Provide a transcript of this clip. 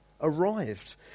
arrived